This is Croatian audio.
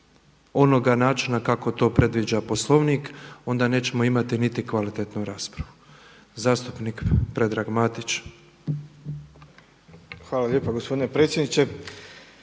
onoga načina kako to predviđa Poslovnik onda nećemo imati ni kvalitetu raspravu. Zastupnik Predrag Matić. **Matić, Predrag Fred